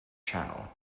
channel